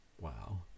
wow